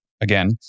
again